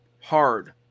hard